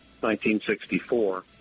1964